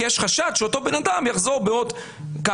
כי יש חשד שאותו בן אדם יחזור בעוד שבוע,